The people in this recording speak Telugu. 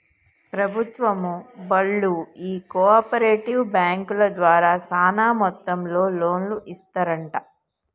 ప్రభుత్వం బళ్ళు ఈ కో ఆపరేటివ్ బాంకుల ద్వారా సాన మొత్తంలో లోన్లు ఇస్తరంట